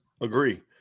agree